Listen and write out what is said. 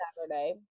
Saturday